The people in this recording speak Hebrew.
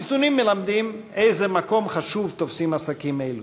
הנתונים מלמדים איזה מקום חשוב תופסים עסקים אלה.